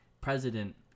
president